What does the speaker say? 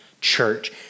church